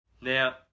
Now